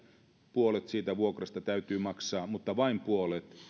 puolet siitä vuokrasta täytyy maksaa mutta vain puolet mutta